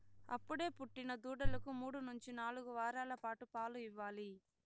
అప్పుడే పుట్టిన దూడలకు మూడు నుంచి నాలుగు వారాల పాటు పాలు ఇవ్వాలి